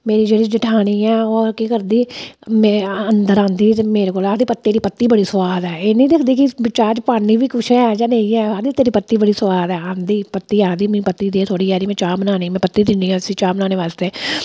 मेरी जेह्डी जठानी ऐ ओह केह् करदी में अंदर आंदी ते मेरे कोल आखदी तेरी पत्ती बड़ी सोआद ऐ एह् निं दिक्खदी कि चाह् च पान्नी बी कुछ ऐं जां नेईं है आक्खदी तेरी पत्ती बड़ी स्बाद ऐ पत्ती आक्खदी मी पत्ती दे थोड़ी सारी में चाह् बनानी में पत्ती दिन्नी हां उस्सी चाह् बनाने वास्ते